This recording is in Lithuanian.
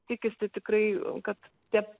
tikisi tikrai kad tie